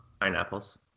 Pineapples